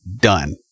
done